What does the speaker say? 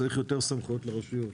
מצריך יותר סמכויות לרשויות.